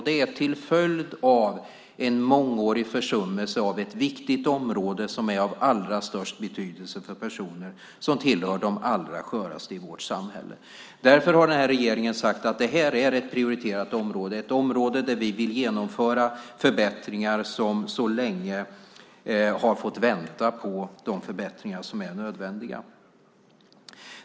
Det har vi till följd av en mångårig försummelse av ett viktigt område som är av allra störst betydelse för personer som är de allra sköraste i vårt samhälle. Därför har den här regeringen sagt att det här är ett prioriterat område. Vi vill genomföra förbättringar på ett område som så länge har fått vänta på de förbättringar som är nödvändiga.